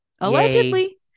allegedly